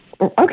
Okay